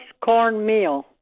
cornmeal